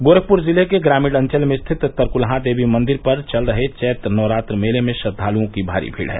गोरखपुर जिले के ग्रामीण अंचल में स्थित तरकुलहा देवी मंदिर पर चल रहे चैत्र नवरात्र मेले में श्रद्वालुओं की भारी भीड़ है